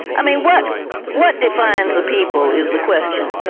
i mean what what defines the people is the question.